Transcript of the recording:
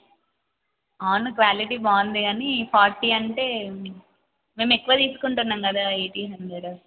అవును క్వాలిటీ బాగుంది గానీ ఫార్టీ అంటే మేము ఎక్కువ తీసుకుంటున్నాం కదా ఎయిటీ హండ్రెడ్